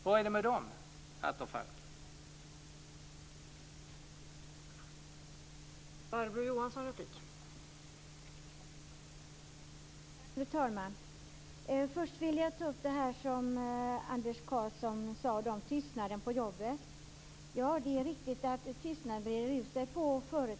Hur är det med dem, Stefan Attefall?